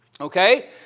Okay